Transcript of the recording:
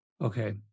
Okay